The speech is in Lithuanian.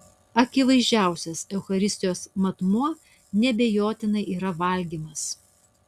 akivaizdžiausias eucharistijos matmuo neabejotinai yra valgymas